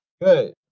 good